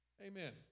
Amen